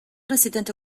residente